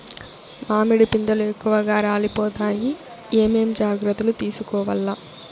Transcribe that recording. మామిడి పిందెలు ఎక్కువగా రాలిపోతాయి ఏమేం జాగ్రత్తలు తీసుకోవల్ల?